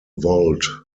volt